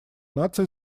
наций